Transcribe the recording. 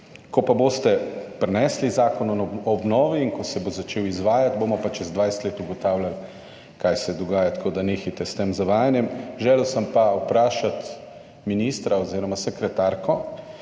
Ko pa boste prinesli zakon o obnovi in ko se bo začel izvajati, bomo pa čez 20 let ugotavljali, kaj se dogaja. Tako da nehajte s tem zavajanjem. Želel sem pa vprašati ministra oziroma sekretarko